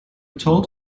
told